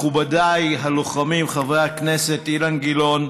מכובדיי הלוחמים, חבר הכנסת אילן גילאון,